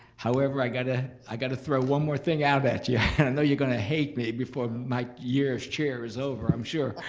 however i got ah i got to throw one more thing out at you and i know you're gonna hate me before my year as chair is over i'm sure,